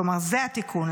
כלומר זה התיקון,